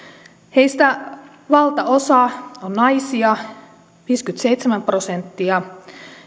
heistä valtaosa on naisia viisikymmentäseitsemän prosenttia